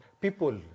people